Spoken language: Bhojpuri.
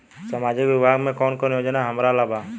सामाजिक विभाग मे कौन कौन योजना हमरा ला बा?